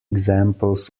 examples